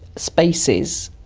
spaces,